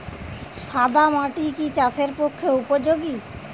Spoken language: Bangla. সাদা মাটি কি চাষের পক্ষে উপযোগী?